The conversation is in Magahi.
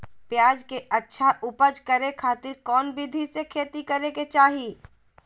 प्याज के अच्छा उपज करे खातिर कौन विधि से खेती करे के चाही?